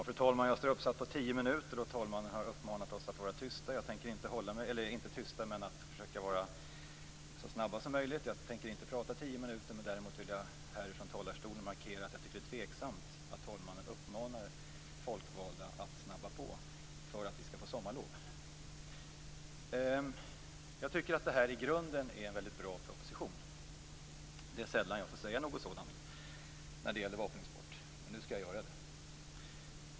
Fru talman! Jag står uppsatt för tio minuters taletid, och talmannen har uppmanat oss att vara tysta - inte precis tysta, men att vara så snabba som möjligt. Jag tänker inte prata i tio minuter, däremot vill jag härifrån talarstolen markera att jag tycker att det är tveksamt att talmannen uppmanar folkvalda att snabba på för att vi skall få sommarlov. Jag tycker att det här i grunden är en väldigt bra proposition. Det är sällan jag får säga något sådant när det gäller vapenexport, men nu skall jag göra det.